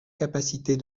capacités